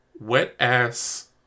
Wet-ass